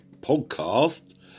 podcast